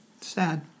Sad